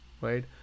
right